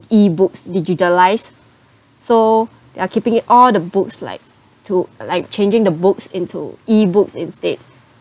e-books digitalised so they are keeping it all the books like to like changing the books into e-books instead